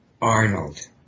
Arnold